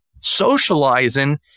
socializing